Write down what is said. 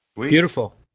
Beautiful